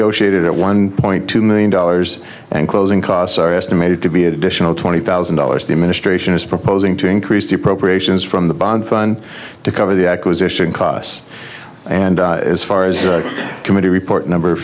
go she added at one point two million dollars and closing costs are estimated to be additional twenty thousand dollars the administration is proposing to increase the appropriations from the bond fund to cover the acquisition costs and as far as the committee report number